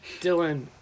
Dylan